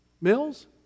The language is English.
Mills